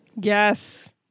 Yes